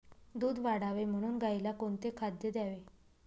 दूध वाढावे म्हणून गाईला कोणते खाद्य द्यावे?